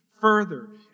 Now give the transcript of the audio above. further